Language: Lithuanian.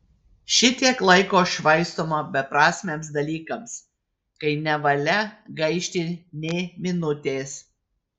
šitiek laiko švaistoma beprasmiams dalykams kai nevalia gaišti nė minutės